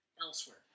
elsewhere